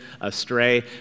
astray